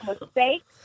mistakes